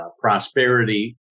prosperity